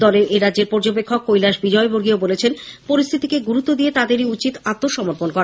দলের এরাজ্যের পর্যবেক্ষক কৈলাস বিজয়বর্গীয় বলেন পরিস্থিতিকে গুরুত্ব দিয়ে তাদেরই উচিত আত্মসমর্পণ করা